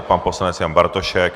Pan poslanec Jan Bartošek.